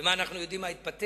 מה, אנחנו יודעים מה יתפתח?